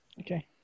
Okay